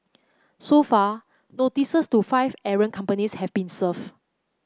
so far notices to five errant companies have been served